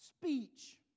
speech